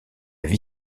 vie